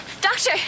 Doctor